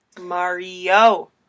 Mario